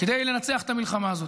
כדי לנצח את המלחמה הזאת.